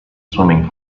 swimming